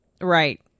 Right